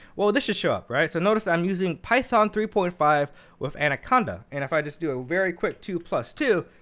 well this is show up, right? so notice that i'm using python three point five with anaconda. and if i just do a very quick two plus two,